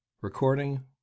Recording